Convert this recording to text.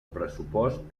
pressupost